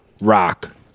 rock